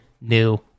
new